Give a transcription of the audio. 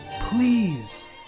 please